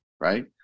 right